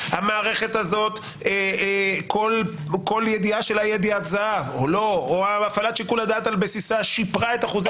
המערכת הזו כל ידיעה שלה או הפעלת שיקול הדעת על בסיסה שיפרה את אחוזי